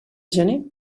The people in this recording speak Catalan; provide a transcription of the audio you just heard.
gener